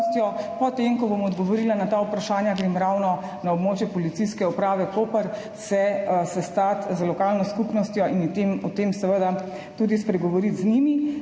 Po tem, ko bom odgovorila na ta vprašanja, grem ravno na območje Policijske uprave Koper, da se sestanem z lokalno skupnostjo in o tem, seveda, tudi spregovorim z njimi.